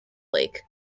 lake